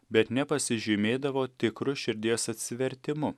bet nepasižymėdavo tikru širdies atsivertimu